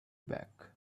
back